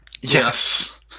Yes